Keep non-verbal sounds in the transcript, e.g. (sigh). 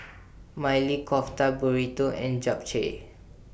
(noise) Maili Kofta Burrito and Japchae